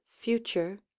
Future